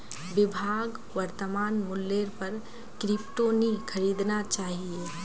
विभाक वर्तमान मूल्येर पर क्रिप्टो नी खरीदना चाहिए